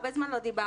הרבה זמן לא דיברנו.